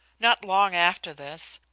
not long after this,